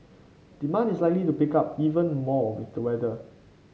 demand is likely to pick up even more with the weather